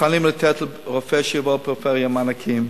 מוכנים לתת לרופא שיבוא לפריפריה מענקים,